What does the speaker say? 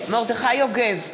מרדכי יוגב,